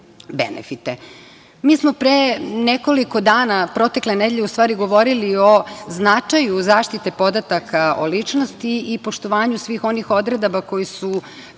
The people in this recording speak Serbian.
benefite. Mi smo pre nekoliko dana protekle nedelje u stvari govorili o značaju zaštite podataka o ličnosti i poštovanju svih onih odredaba koje se